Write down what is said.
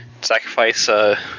sacrifice